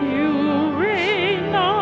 you know